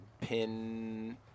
pin